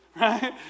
right